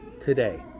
today